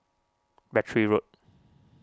Battery Road